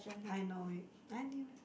I know it I knew it